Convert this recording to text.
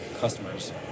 customers